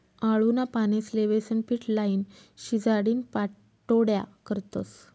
आळूना पानेस्ले बेसनपीट लाईन, शिजाडीन पाट्योड्या करतस